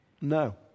No